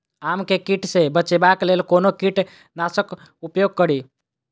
आम केँ कीट सऽ बचेबाक लेल कोना कीट नाशक उपयोग करि?